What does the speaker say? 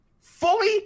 fully